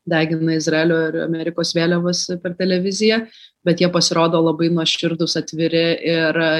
degina izraelio ir amerikos vėliavas per televiziją bet jie pasirodo labai nuoširdūs atviri ir